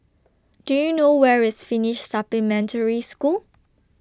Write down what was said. Do YOU know Where IS Finnish Supplementary School